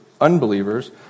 unbelievers